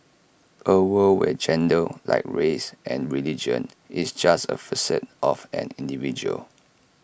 A world where gender like race and religion is just one facet of an individual